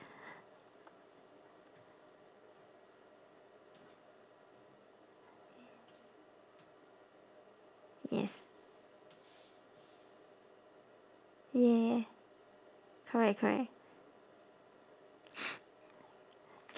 yes ya correct correct